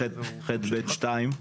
330ח(ב)(2),